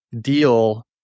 deal